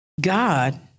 God